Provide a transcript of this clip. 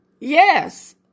Yes